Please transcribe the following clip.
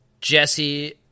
Jesse